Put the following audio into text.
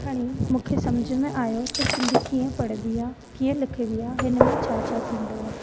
खणी मूंखे सम्झ में आहियो त सिंधी कीअं पढ़िबी आहे कीअं लिखबी आहे हिन में छा छा थींदो आहे